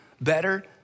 better